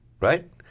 Right